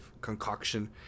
concoction